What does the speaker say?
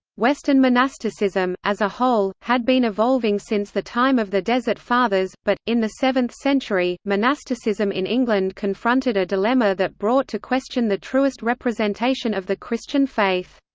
western monasticism, as a whole, had been evolving since the time of the desert fathers, but, in the seventh century, monasticism in england confronted a dilemma that brought to question the truest representation of the christian faith.